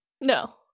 No